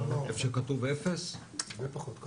לא, הרבה פחות.